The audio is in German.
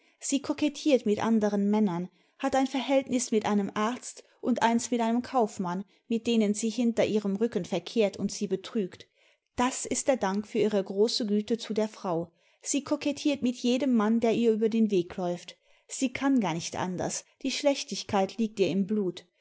sie kokettiert mit anderen männern hat ein verhältnis mit einem arzt imd eins mit einem kaufmann mit denen sie hinter ihrem rücken verkehrt und sie betrügt das ist der dank für ihre große güte zu der frau sie kokettiert mit jedem mann der ihr über den weg läuft sie kann gar nicht anders die schlechtigkeit liegt ihr im blut